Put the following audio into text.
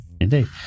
Indeed